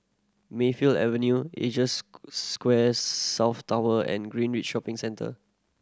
Mayfield Avenue Asia Square South Tower and Greenridge Shopping Centre